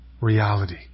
reality